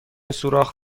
سوراخ